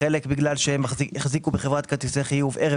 חלק בגלל שהם החזיקו בחברת כרטיסי חיוב ערב